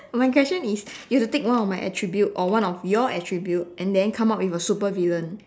my question is you have to pick one of my attribute or one of your attribute and then come up with a supervillain